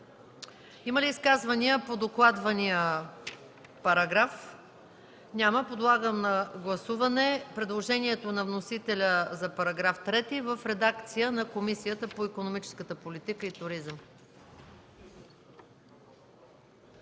Има ли изказвания по докладвания параграф? Няма. Подлагам на гласуване предложението на вносителя за § 3 в редакция на Комисията по икономическата политика и туризъм.